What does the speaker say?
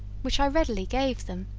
which i readily gave them.